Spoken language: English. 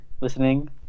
listening